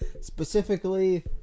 Specifically